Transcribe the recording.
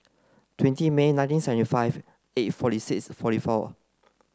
twenty May nineteen seventy five eight forty six forty four